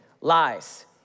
lies